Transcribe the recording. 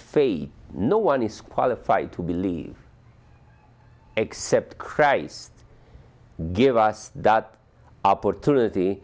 fade no one is qualified to believe except christ give us that opportunity